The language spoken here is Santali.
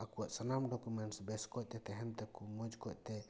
ᱟᱠᱚᱣᱟᱜ ᱥᱟᱱᱟᱢ ᱰᱩᱠᱩᱢᱮᱱᱥ ᱵᱮᱥ ᱚᱠᱚᱪ ᱛᱮ ᱛᱟᱦᱮᱱ ᱛᱟᱠᱚ ᱢᱚᱡᱽ ᱚᱠᱚᱪ ᱛᱮ